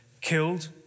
killed